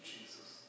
Jesus